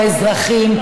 האזרחים,